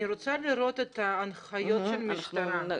אני רוצה לראות את ההנחיות של המשטרה.